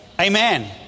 Amen